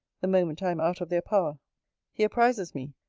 the moment i am out of their power he apprizes me,